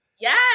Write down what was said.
Yes